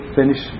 finish